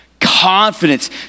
confidence